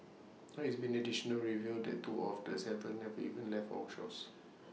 now it's been additionally revealed that two of the Seven never even left our shores